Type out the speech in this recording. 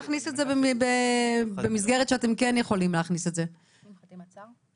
תוארך עד יום א' בסיוון התשפ"ב (31 במאי 2022). הזכאות תחילה2.תחילתו של צו זה ביום כ"ח באדר א' התשפ"ב